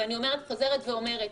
ואני חוזרת ואומרת,